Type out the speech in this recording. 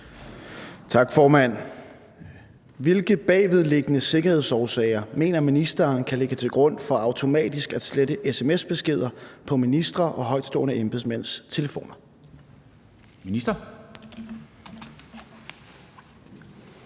Tak, formand. Hvilke bagvedliggende sikkerhedsårsager mener ministeren kan ligge til grund for automatisk at slette sms-beskeder på ministre og højtstående embedsmænds telefoner?